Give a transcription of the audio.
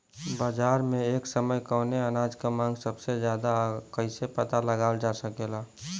बाजार में एक समय कवने अनाज क मांग सबसे ज्यादा ह कइसे पता लगावल जा सकेला?